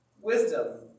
wisdom